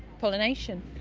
pollination.